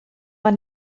man